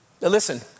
listen